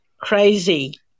crazy